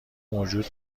موجود